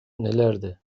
nelerdi